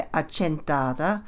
accentata